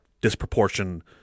disproportion